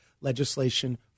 legislation